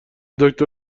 دکتر